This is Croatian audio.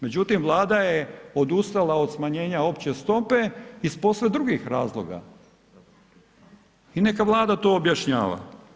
Međutim, Vlada je odustala od smanjenja opće stope iz posve drugih razloga i neka Vlada to objašnjava.